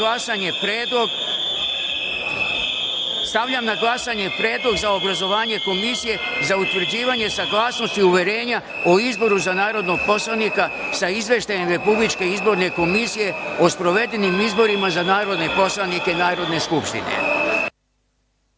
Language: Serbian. na glasanje Predlog za obrazovanje komisije za utvrđivanje saglasnosti uverenja o izboru za narodnog poslanika sa Izveštajem Republičke izborne komisije o sprovedenim izborima za narodne poslanike Narodne